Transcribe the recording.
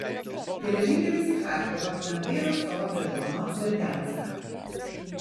geležinkelis į charkovą plentai į rostovą prie dono berdianską